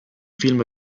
film